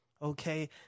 Okay